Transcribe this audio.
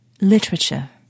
Literature